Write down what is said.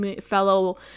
fellow